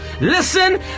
Listen